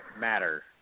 matter